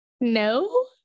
no